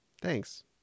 Thanks